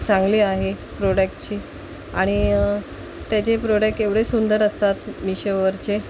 चांगली आहे प्रोडक्टची आणि त्याचे प्रोडेक् एवढे सुंदर असतात मिशोवरचे